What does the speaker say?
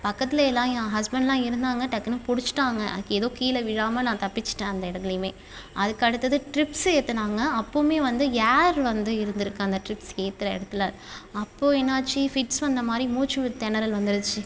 பக்கத்தில் எல்லாம் ஏன் ஹஸ்பெண்ட்லாம் இருந்தாங்க டக்குன்னு பிடிச்சிட்டாங்க ஏதோ கீழே விழாமல் நான் தப்பிச்சிவிட்டேன் அந்த இதுலையுமே அதற்கடுத்தது ட்ரிப்ஸ்ஸு ஏற்றுனாங்க அப்போவுமே வந்து எர் வந்து இருந்துருக்கு அந்த ட்ரிப்ஸ் ஏற்றுற இடத்துல அப்போ என்னாச்சு ஃபிட்ஸ் வந்த மாரி மூச்சு தினறல் வந்துருச்சு